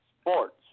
sports